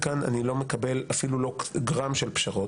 וכאן אני לא מקבל אפילו לא גרם של פשרות,